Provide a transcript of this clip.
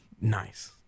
Nice